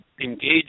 engage